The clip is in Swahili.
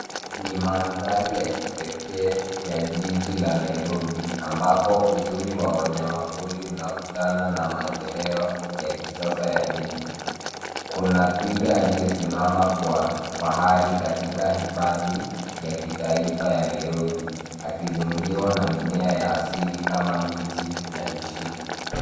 Ni mandhari ya kipekee ya jiji la Nairobi ambapo uzuri wa wanyamapori unakutana na maendeleo ya kisasa ya miji. Kuna twiga aliyesimama kwa fahari katika hifadhi ya kitaifa ya Nairobi akizingira na mimea ya asili kama miti na mishita.